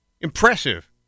impressive